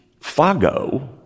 Fago